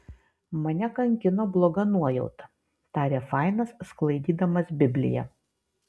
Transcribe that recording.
mane kankino bloga nuojauta tarė fainas sklaidydamas bibliją